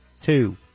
two